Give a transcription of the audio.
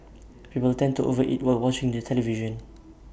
people tend to over eat while watching the television